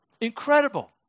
Incredible